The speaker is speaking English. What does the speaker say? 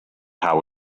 how